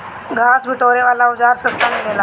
घास बिटोरे वाला औज़ार सस्ता मिलेला